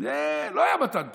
לא היה מתן תורה.